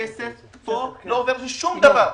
הכסף פה לא עובר לשום דבר,